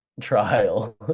Trial